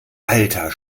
alter